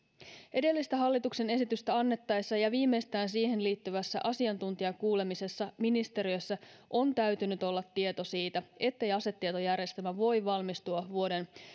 edellistä hallituksen esitystä annettaessa ja viimeistään siihen liittyvässä asiantuntijakuulemisessa ministeriössä on täytynyt olla tieto siitä ettei asetietojärjestelmä voi valmistua vuoden